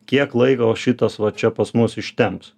kiek laiko va šitas va čia pas mus ištemps